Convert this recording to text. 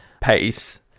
pace